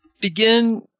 Begin